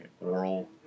oral